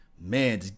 Man